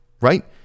right